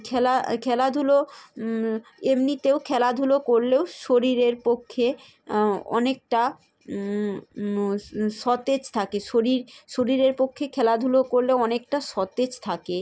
খেলা খেলাধুলো এমনিতেও খেলাধুলো করলেও শরীরের পক্ষে অনেকটা সতেজ থাকে শরীর শরীরের পক্ষে খেলাধুলো করলে অনেকটা সতেজ থাকে